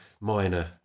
minor